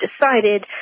decided